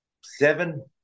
seven